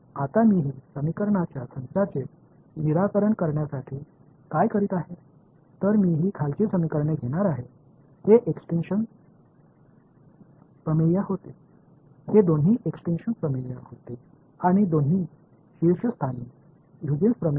आता मी हे समीकरणांच्या संचाचे निराकरण करण्यासाठी काय करीत आहे तर मी हि खालची समीकरणे घेणार आहे हे एक्सटिन्क्शन प्रमेय होते हे दोन्ही एक्सटिन्क्शन प्रमेय होते आणि दोन्ही शीर्षस्थानी ह्यूजेन्स प्रमेय होते